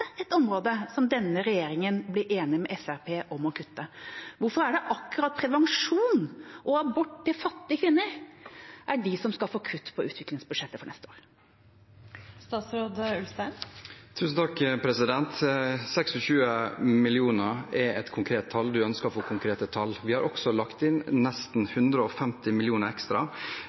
et område som denne regjeringa blir enig med Fremskrittspartiet om å kutte? Hvorfor er det akkurat bevilgninger til prevensjon og abort til fattige kvinner som skal få kutt på utviklingsbudsjettet for neste år? 26 mill. kr er et konkret tall. Representanten Huitfeldt ønsker å få konkrete tall. Vi har også lagt inn nesten 140 mill. kr ekstra